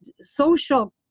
social